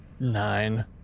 nine